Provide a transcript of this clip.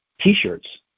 t-shirts